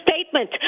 statement